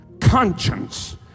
conscience